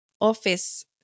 office